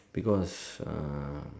because uh